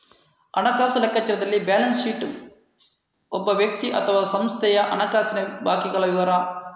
ಹಣಕಾಸು ಲೆಕ್ಕಪತ್ರದಲ್ಲಿ balance sheet ಒಬ್ಬ ವ್ಯಕ್ತಿ ಅಥವಾ ಸಂಸ್ಥೆಯ ಹಣಕಾಸಿನ ಬಾಕಿಗಳ ವಿವರ